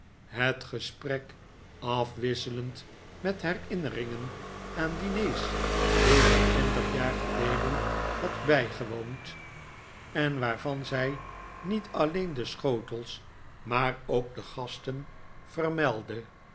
het gesprek afwisselend met herinneringen aan diners die zij twintig jaar geleden had bijgewoond en waarvan zij niet alleen de schotels maar ook de gasten vermeldde